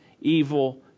evil